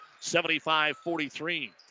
75-43